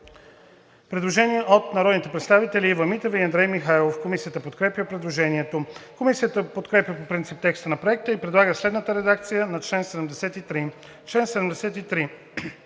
предложение на народните представители Ива Митева и Андрей Михайлов. Комисията подкрепя предложението. Комисията подкрепя по принцип текста на Проекта и предлага следната редакция на чл.